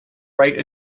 write